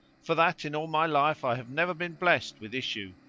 for that in all my life i have never been blessed with issue.